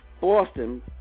Boston